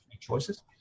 choices